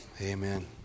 Amen